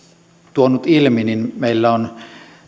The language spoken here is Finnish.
tuonut ilmi meillä on